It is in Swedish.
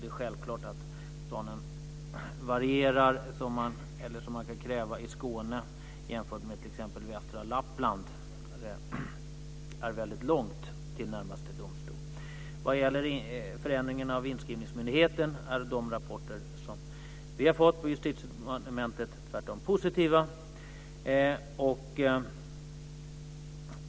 Det är självklart att det varierar vad man kan kräva i Skåne jämfört med t.ex. i västra Lappland, där det är väldigt långt till närmaste domstol. Vad gäller förändringen av inskrivningsmyndigheten är de rapporter som vi har fått på Justitiedepartementet tvärtom positiva.